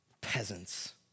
peasants